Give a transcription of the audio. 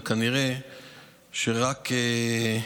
וכנראה שרק,